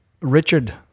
Richard